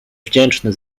wdzięczny